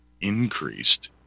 increased